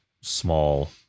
small